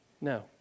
No